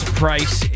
price